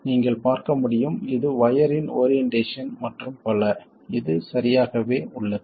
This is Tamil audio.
நீங்கள் பார்க்க முடியும் இது வயரின் ஓரியன்டேசன் மற்றும் பல இது சரியாகவே உள்ளது